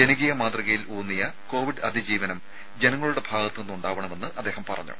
ജനകീയ മാതൃകയിൽ ഊന്നിയ കോവിഡ് അതിജീവനം ജനങ്ങളുടെ ഭാഗത്തുനിന്ന് ഉണ്ടാവണമെന്നും അദ്ദേഹം പറഞ്ഞു